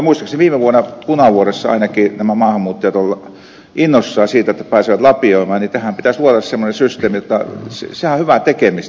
muistaakseni viime vuonna ainakin punavuoressa nämä maahanmuuttajat olivat innoissaan siitä että pääsivät lapioimaan niin että tähän pitäisi luoda semmoinen systeemi jotta sehän on hyvää tekemistä